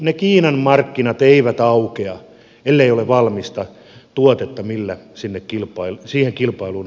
ne kiinan markkinat eivät aukea ellei ole valmista tuotetta millä siihen kilpailuun osallistutaan